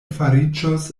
fariĝos